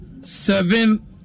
seven